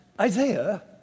Isaiah